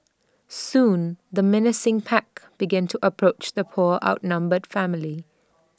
soon the menacing pack begin to approach the poor outnumbered family